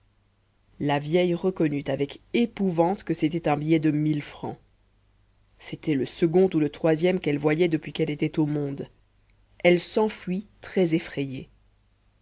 la vieille reconnut avec épouvante que c'était un billet de mille francs c'était le second ou le troisième qu'elle voyait depuis qu'elle était au monde elle s'enfuit très effrayée